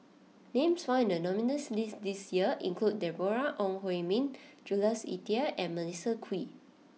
names found in the nominees' list this year include Deborah Ong Hui Min Jules Itier and Melissa Kwee